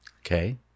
Okay